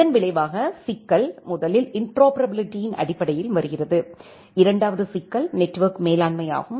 இதன் விளைவாக சிக்கல் முதலில் இன்டரோபரபிலிடியின் அடிப்படையில் வருகிறது இரண்டாவது சிக்கல் நெட்வொர்க் மேலாண்மை ஆகும்